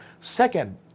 Second